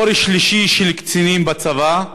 דור שלישי של קצינים בצבא.